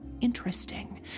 interesting